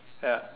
ya